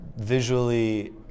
visually